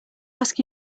ask